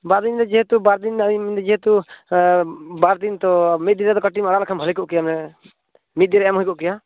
ᱵᱟᱨ ᱫᱤᱱ ᱫᱚ ᱡᱮᱦᱮᱛᱩ ᱵᱟᱨ ᱫᱤᱱ ᱡᱮᱦᱮᱛᱩ ᱵᱟᱨ ᱫᱤᱱ ᱛᱳ ᱢᱤᱫ ᱛᱳ ᱠᱟᱹᱴᱤᱡ ᱟᱲᱟᱜ ᱞᱮᱠᱷᱟᱱ ᱵᱷᱟᱹᱞᱤ ᱠᱚᱜ ᱠᱮᱭᱟ ᱢᱤᱫ ᱫᱤᱱ ᱨᱮᱭᱟᱜ ᱮᱢ ᱦᱩᱭ ᱠᱚᱜ ᱠᱮᱭᱟ